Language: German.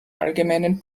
allgemeinen